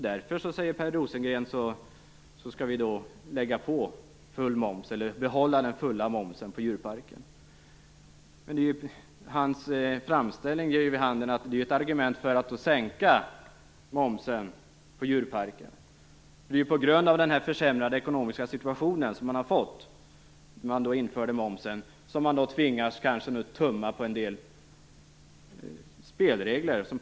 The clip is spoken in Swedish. Därför, säger Per Rosengren, skall den fulla momsen för djurparker behållas. Men det är ju ett argument för en sänkning av momsen på djurparker. Det är på grund av den försämrade situationen - som är en effekt av momsbeläggningen - som man tvingas att tumma på en del spelregler.